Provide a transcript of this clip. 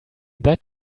that